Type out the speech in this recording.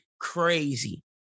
Crazy